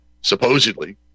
supposedly